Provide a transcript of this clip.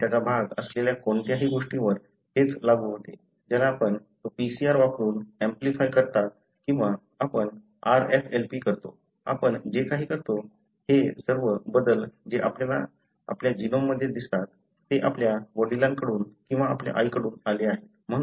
आपण त्याचा भाग असलेल्या कोणत्याही गोष्टीवर हेच लागू होते ज्याला आपण तो PCR वापरून ऍम्प्लिफाय करता किंवा आपण RFLP करतो आपण जे काही करतो हे सर्व बदल जे आपल्याला आपल्या जीनोममध्ये दिसतात ते आपल्या वडिलांकडून किंवा आपल्या आईकडून आले आहेत